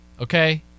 Okay